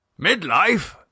Midlife